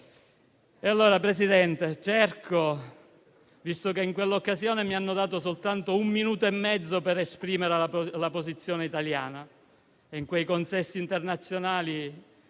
Signor Presidente, in quell'occasione mi hanno dato soltanto un minuto e mezzo per esprimere la posizione italiana, ma in quei consessi internazionali